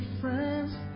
friends